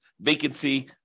vacancy